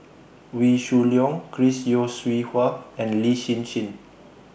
Wee Shoo Leong Chris Yeo Siew Hua and Lin Hsin Hsin